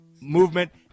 movement